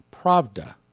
Pravda